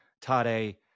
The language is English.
Tade